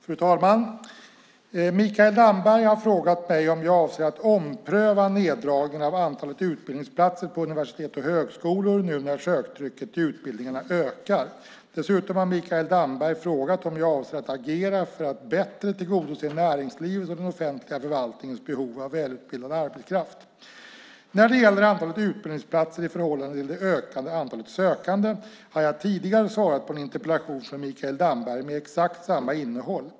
Fru talman! Mikael Damberg har frågat mig om jag avser att ompröva neddragningen av antalet utbildningsplatser på universitet och högskolor nu när söktrycket på utbildningarna ökar. Dessutom har Mikael Damberg frågat om jag avser att agera för att bättre tillgodose näringslivets och den offentliga förvaltningens behov av välutbildad arbetskraft. När det gäller antalet utbildningsplatser i förhållande till det ökade antalet sökande har jag tidigare svarat på en interpellation från Mikael Damberg med exakt samma innehåll.